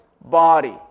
body